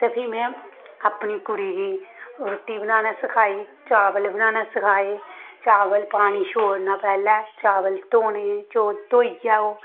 ते फ्ही में अपनी कुड़ी गी रुटी बनाना सिखाई चौल बनाना सखाए चौल पानी छोड़ना पैह्लें चौल धोने चौल धोइयै ओह्